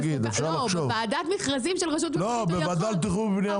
בוועדת המכרזים של רשות מקומית יכול,